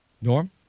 Norm